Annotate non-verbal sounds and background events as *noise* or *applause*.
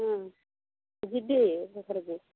ହଁ ଯିବି *unintelligible*